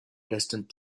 distant